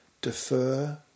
defer